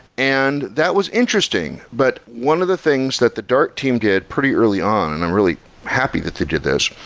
and that was interesting. but one of the things that the dartium did pretty early on, and i'm really happy that they did this,